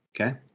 okay